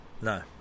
No